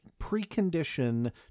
precondition